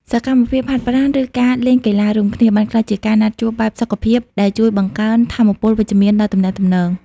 សកម្មភាពហាត់ប្រាណ ឬការលេងកីឡារួមគ្នា បានក្លាយជាការណាត់ជួបបែបសុខភាពដែលជួយបង្កើនថាមពលវិជ្ជមានដល់ទំនាក់ទំនង។